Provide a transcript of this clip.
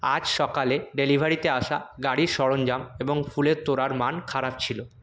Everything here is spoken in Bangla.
আজ সকালে ডেলিভারিতে আসা গাড়ির সরঞ্জাম এবং ফুলের তোড়ার মান খারাপ ছিল